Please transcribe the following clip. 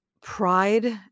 pride